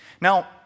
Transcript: Now